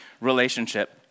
relationship